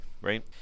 Right